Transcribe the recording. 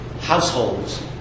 households